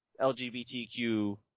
LGBTQ